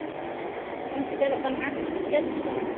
ᱱᱚᱜᱼᱚᱭ ᱥᱮᱪᱮᱨᱚᱜ ᱠᱟᱱ ᱦᱟᱸᱜ ᱥᱮᱴᱮᱨ ᱦᱤᱡᱩᱜ ᱠᱟᱱᱟ ᱦᱟᱸᱜ